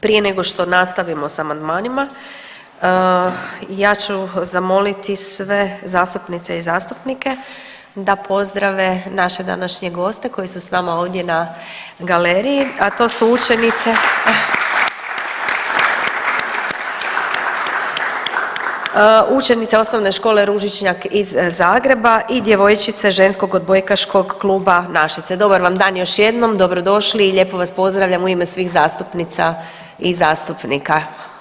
Prije nego što nastavimo sa amandmanima ja ću zamoliti sve zastupnice i zastupnike da pozdrave naše današnje goste koji su s nama ovdje na galeriji, a to su učenice OŠ Ružičnjak iz Zagreba i djevojčice Ženskog odbojkaškog kluba Našice, dobar vam dan još jednom, dobrodošli i lijepo vas pozdravljam u ime svih zastupnica i zastupnika.